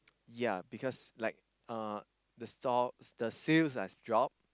ya because like uh the stall the sales has drop